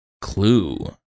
clue